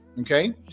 Okay